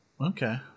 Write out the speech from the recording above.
Okay